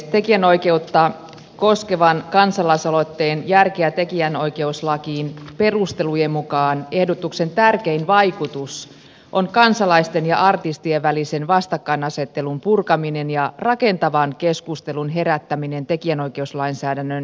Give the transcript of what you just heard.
tekijänoikeutta koskevan kansalaisaloitteen järkeä tekijänoikeuslakiin perustelujen mukaan ehdotuksen tärkein vaikutus on kansalaisten ja artistien välisen vastakkainasettelun purkaminen ja rakentavan keskustelun herättäminen tekijänoikeuslainsäädännön jatkokehittämisestä